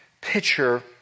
picture